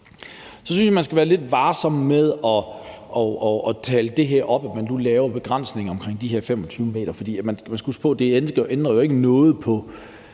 Så synes jeg, man skal være lidt varsom med at tale det her med, at man nu laver begrænsninger på de 25 m, op. For man skal huske på, at det er jo ikke